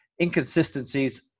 inconsistencies